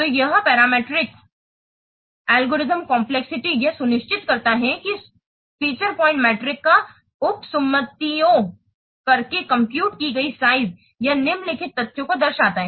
तो यह parameter algorithm complexity यह सुनिश्चित करता है कि सुविधा पॉइंट मीट्रिक का उपसुम्मातिओं करके कंप्यूट की गई साइज यह निम्नलिखित तथ्य को दर्शाता है